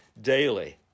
daily